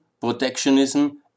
protectionism